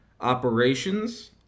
operations